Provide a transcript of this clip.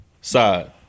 Side